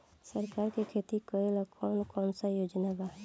सरकार के खेती करेला कौन कौनसा योजना बा?